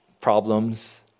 problems